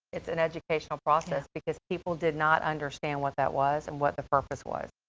it's an educational process, because people did not understand what that was and what the purpose was.